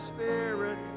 Spirit